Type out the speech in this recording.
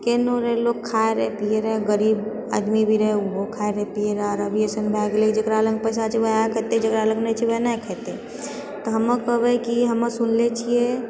केहनो रहए लोक खाए रहै पिए रहै गरीब आदमीभी रहै ओहो खाए रहै पिए रहै आबके समय ऐसा भए गेले जेकरा लग पैसाछै ओएह खेतए जेकरा लग पैसा नहि छै ओ नहि खेतए तऽ हमहुँ कहबै कि हम सुनले छिऐ